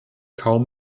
kaum